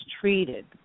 treated